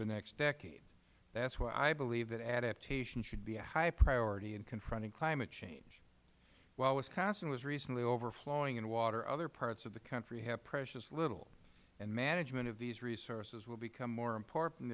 the next decade that is why i believe adaptation should be a high priority in confronting climate change while wisconsin was recently overflowing in water other parts of the country had precious little and management of these resources will become more important